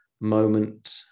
moment